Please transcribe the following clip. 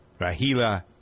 Rahila